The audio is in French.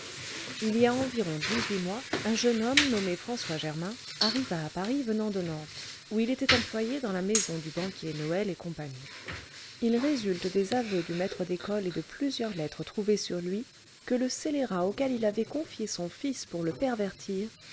il y a environ dix-huit mois un jeune homme nommé françois germain arriva à paris venant de nantes où il était employé dans la maison du banquier noël et compagnie il résulte des aveux du maître d'école et de plusieurs lettres trouvées sur lui que le scélérat auquel il avait confié son fils pour le pervertir